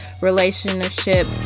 relationship